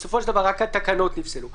בסופו של דבר רק התקנות נפסלו.